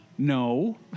No